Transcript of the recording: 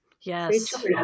Yes